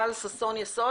טל ששון יסוד.